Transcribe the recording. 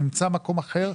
נמצא במקום אחר.